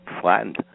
flattened